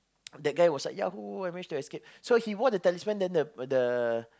that guy was like ya who who managed to escape so he wore the talisman then the the